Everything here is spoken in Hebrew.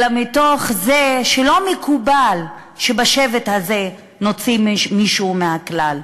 אלא מתוך זה שלא מקובל שבשבט הזה נוציא מישהו מהכלל.